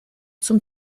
zum